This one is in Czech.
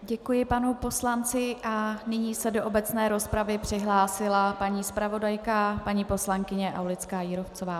Děkuji panu poslanci a nyní se do obecné rozpravy přihlásila paní zpravodajka paní poslankyně AulickáJírovcová.